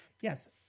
yes